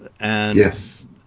yes